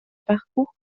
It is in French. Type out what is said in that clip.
parcours